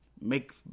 make